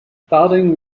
starting